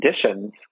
conditions